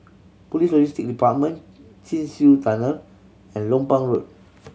Police Logistics Department Chin Swee Tunnel and Lompang Road